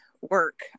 work